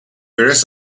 various